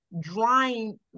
drying